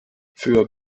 für